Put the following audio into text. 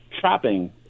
trapping